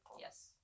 Yes